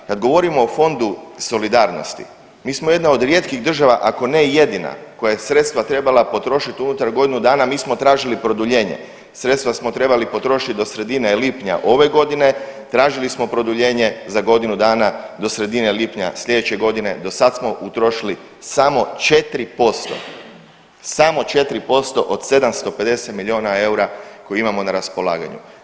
Kad govorimo o Fondu solidarnosti mi smo jedna od rijetkih država ako ne i jedina koja je sredstva trebala potrošit unutar godinu dana, a mi smo tražili produljenje, sredstva smo trebali potrošit do sredine lipnja ove godine, tražili smo produljenje za godinu dana do sredine lipnja slijedeće godine, do sad smo utrošili samo 4%, samo 4% od 750 milijuna eura koje imamo na raspolaganju.